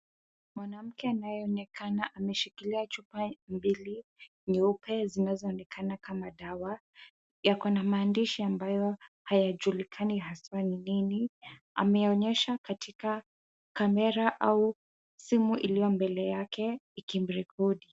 Mwananamke anayeonekana ameshikilia chupa mbili nyeupe zinazoonekana kama dawa. Yako na maandishi ambayo hayajulikani haswa ni nini. Ameonyesha katika kamera au simu iliyo mbele yake ikimrekodi.